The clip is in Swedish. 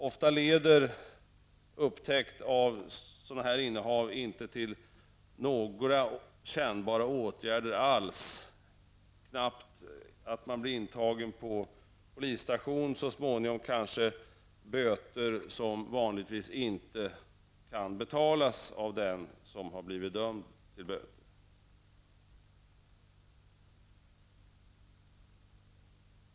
Ofta leder upptäckt av sådant innehav inte till några kännbara åtgärder alls, knappt intagning på polisstation. Det kan så småningom kanske bli böter som vanligtvis inte kan betalas av den som har blivit dömd till böter.